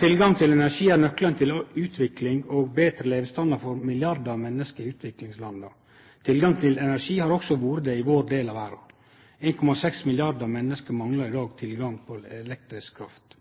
tilgang til energi er nøkkelen til utvikling og betre levestandard for milliardar av menneske i uviklingslanda. Tilgang til energi har også vore det i vår del av verda. 1,6 milliardar menneske manglar i dag tilgang på elektrisk kraft.